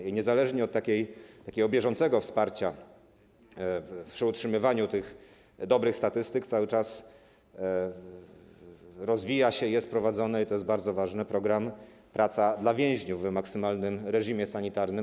I niezależnie od takiego bieżącego wsparcia przy utrzymywaniu tych dobrych statystyk cały czas rozwija się, jest prowadzony, i to jest bardzo ważne, program „Praca dla więźniów” w maksymalnym reżimie sanitarnym.